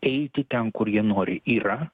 eiti ten kur jie nori yra